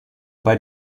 bei